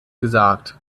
gesagt